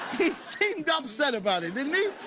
seemed upset about it, didn't he?